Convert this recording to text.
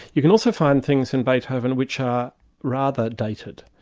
you can also find things in beethoven which are rather dated.